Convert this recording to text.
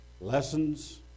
lessons